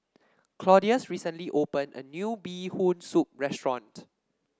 Claudius recently open a new Bee Hoon Soup restaurant